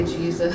Jesus